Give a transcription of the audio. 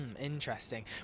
interesting